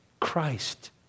Christ